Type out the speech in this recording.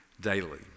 daily